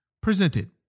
Presented